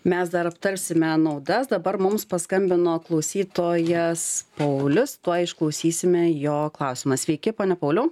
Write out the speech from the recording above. mes dar aptarsime naudas dabar mums paskambino klausytojas paulius tuoj išklausysime jo klausimą sveiki pone pauliau